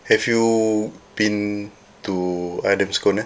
have you been to adam's corner